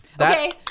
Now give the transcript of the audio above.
Okay